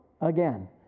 again